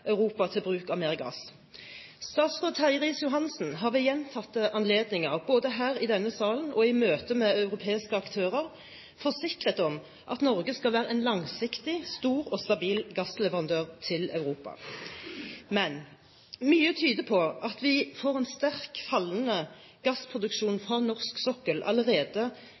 Europa til å bruke mer gass. Statsråd Terje Riis-Johansen har ved gjentatte anledninger, både her i denne salen og i møte med europeiske aktører, forsikret om at Norge skal være en langsiktig, stor og stabil gassleverandør til Europa, men mye tyder på at vi får en sterkt fallende gassproduksjon fra norsk sokkel allerede